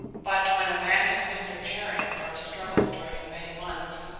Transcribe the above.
but when a man has been preparing for a struggle during many months,